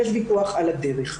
יש ויכוח על הדרך.